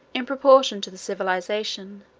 in proportion to the civilization,